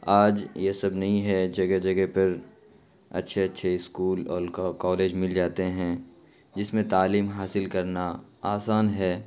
آج یہ سب نہیں ہے جگہ جگہ پر اچھے اچھے اسکول اول کالج مل جاتے ہیں جس میں تعلیم حاصل کرنا آسان ہے